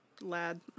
lad